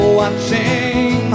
watching